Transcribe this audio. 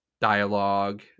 dialogue